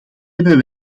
hebben